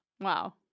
Wow